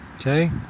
Okay